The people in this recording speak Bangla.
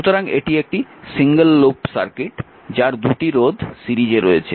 সুতরাং এটি একটি সিঙ্গল লুপ সার্কিট যার 2টি রোধ সিরিজে রয়েছে